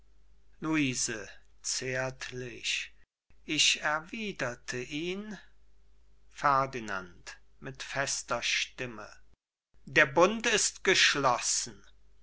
luise zärtlich ich erwiederte ihn ferdinand mit fester stimme der bund ist geschlossen